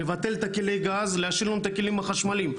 לבטל את כלי הגז ולהשאיר לנו את הכלים החשמליים,